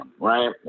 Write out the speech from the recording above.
Right